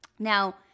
Now